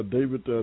David